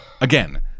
again